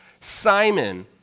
Simon